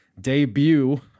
debut